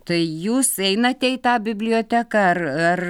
tai jūs einate į tą biblioteką ar ar